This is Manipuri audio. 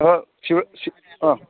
ꯑꯥ